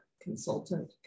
consultant